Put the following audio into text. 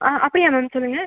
ஆ அப்படியா மேம் சொல்லுங்கள்